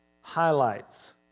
highlights